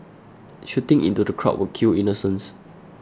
shooting into the crowd would kill innocents